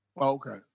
Okay